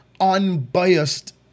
unbiased